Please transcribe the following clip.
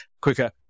quicker